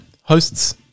hosts